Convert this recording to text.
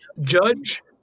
judge